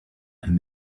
and